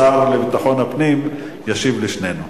השר לביטחון הפנים ישיב לשנינו,